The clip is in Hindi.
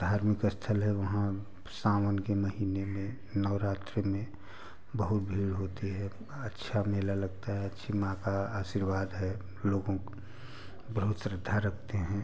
धार्मिक स्थल है वहाँ सावन के महीने में नौरात्रि में बहुत भीड़ होती है अच्छा मेला लगता है अच्छी माँ का आशीर्वाद है लोगों को बहुत श्रद्धा रखते हैं